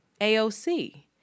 AOC